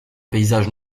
paysage